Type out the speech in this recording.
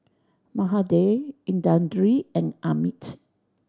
Mahade Indranee and Amit